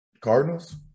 Cardinals